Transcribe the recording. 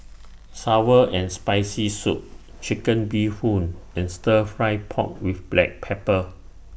Sour and Spicy Soup Chicken Bee Hoon and Stir Fry Pork with Black Pepper